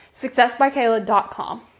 Successbykayla.com